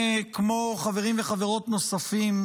כמו חברים וחברות נוספים,